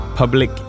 Public